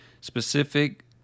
specific